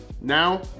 Now